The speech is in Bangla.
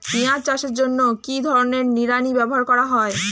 পিঁয়াজ চাষের জন্য কি ধরনের নিড়ানি ব্যবহার করা হয়?